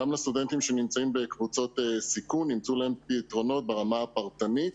גם לסטודנטים שנמצאים בקבוצות סיכון שנמצאו להם פתרונות ברמה הפרטנית